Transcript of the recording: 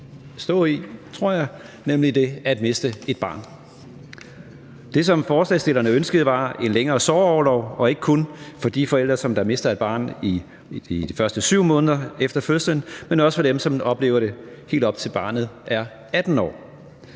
stå i, tror jeg, nemlig det at miste et barn. Det, som forslagsstillerne ønskede, var en længere sorgorlov, og ikke kun for de forældre, som mister et barn i de første 7 måneder efter fødslen, men også for dem, som oplever det, helt op til barnet er 18 år.